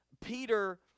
Peter